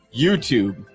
YouTube